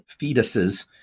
fetuses